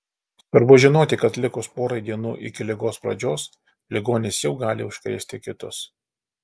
svarbu žinoti kad likus porai dienų iki ligos pradžios ligonis jau gali užkrėsti kitus